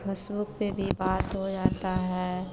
Facebook पर भी बात हो जाती है